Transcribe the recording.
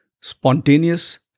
spontaneous